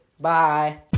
Bye